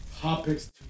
topics